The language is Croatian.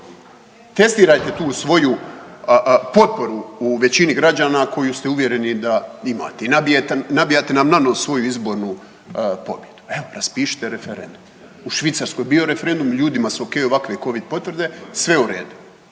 Testirajte tu svoju potporu u većini građana koju ste uvjereni da je imate i nabijate nam na nos svoju izbornu pobjedu, evo raspišite referendum. U Švicarskoj je bio referendum ljudima su ok ovakve covid potvrde, sve u redu.